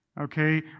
Okay